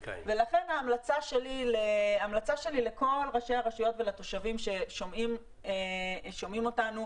לכן ההמלצה שלי לכל ראשי הרשויות ולתושבים ששומעים אותנו: